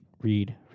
read